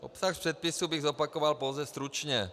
Obsah předpisu bych zopakoval pouze stručně.